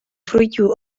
fruitu